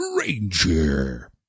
Ranger